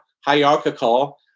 hierarchical